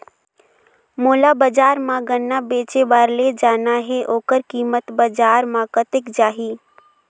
मोला बजार मां गन्ना बेचे बार ले जाना हे ओकर कीमत बजार मां कतेक जाही?